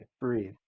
Breathe